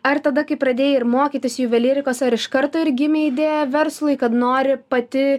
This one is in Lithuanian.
ar tada kai pradėjai ir mokytis juvelyrikos ar iš karto ir gimė idėja verslui kad nori pati